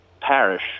parish